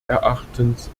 erachtens